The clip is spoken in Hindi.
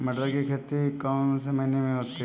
मटर की खेती कौन से महीने में होती है?